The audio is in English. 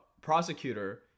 prosecutor